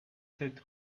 sept